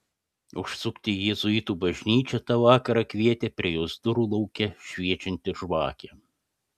užsukti į jėzuitų bažnyčią tą vakarą kvietė prie jos durų lauke šviečianti žvakė